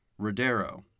Rodero